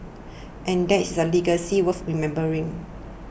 and that is a legacy worth remembering